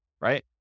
Right